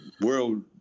world